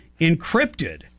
encrypted